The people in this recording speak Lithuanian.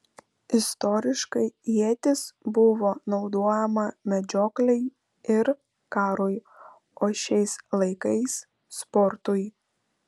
istoriškai ietis buvo naudojama medžioklei ir karui o šiais laikais sportui